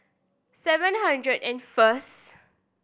seven hundred and first